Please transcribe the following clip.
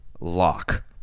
lock